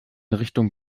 richtung